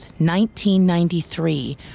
1993